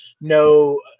no